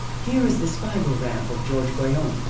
here is the spiral ramp of george goyon,